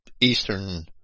Eastern